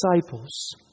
disciples